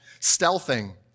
stealthing